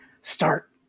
start